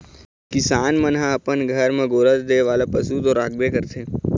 किसान मन ह अपन घर म गोरस दे वाला पशु तो राखबे करथे